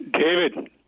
David